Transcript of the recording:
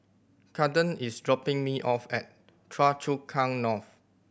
Kaden is dropping me off at Choa Chu Kang North